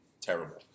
terrible